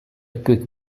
quick